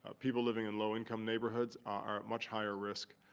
ah people living in low-income neighbourhoods are at much higher risk.